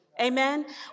Amen